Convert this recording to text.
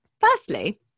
Firstly